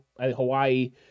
Hawaii